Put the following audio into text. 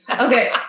Okay